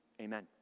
Amen